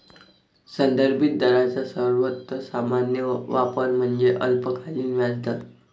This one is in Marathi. संदर्भित दरांचा सर्वात सामान्य वापर म्हणजे अल्पकालीन व्याजदर